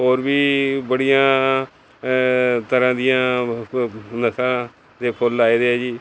ਹੋਰ ਵੀ ਬੜੀਆਂ ਤਰ੍ਹਾਂ ਦੀਆਂ ਨਸਲਾਂ ਦੇ ਫੁੱਲ ਲਾਏ ਦੇ ਹੈ ਜੀ